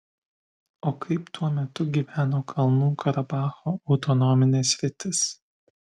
o kaip tuo metu gyveno kalnų karabacho autonominė sritis